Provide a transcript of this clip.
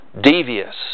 Devious